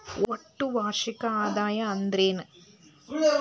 ಒಟ್ಟ ವಾರ್ಷಿಕ ಆದಾಯ ಅಂದ್ರೆನ?